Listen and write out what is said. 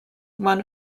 won